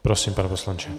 Prosím, pane poslanče.